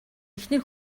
эхнэр